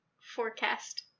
forecast